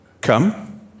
come